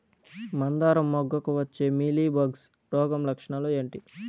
మందారం మొగ్గకు వచ్చే మీలీ బగ్స్ రోగం లక్షణాలు ఏంటి?